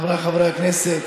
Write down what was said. חבריי חברי הכנסת,